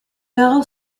bell